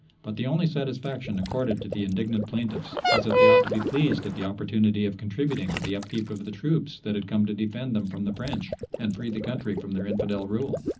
but the only satisfaction accorded to the indignant plaintiffs was that they ought to be pleased at the opportunity of contributing to the upkeep of the troops that had come to defend them from the french and free the country from their infidel rule.